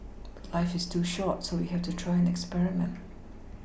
but life is too short so we have to try and experiment